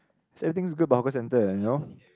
see everything is good about hawker centre and you know